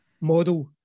model